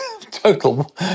total